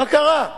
מה קרה?